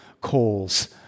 calls